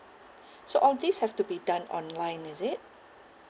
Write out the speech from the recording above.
so all these have to be done online is it